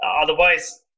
Otherwise